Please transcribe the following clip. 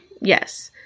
Yes